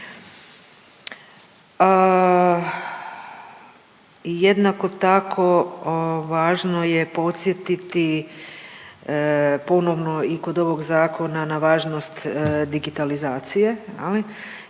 Jednako tako važno je podsjetiti ponovno i kod ovog zakona na važnost digitalizacije